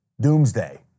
doomsday